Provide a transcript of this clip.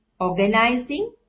organizing